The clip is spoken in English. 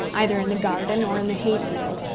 either in the garden or in the hay-field,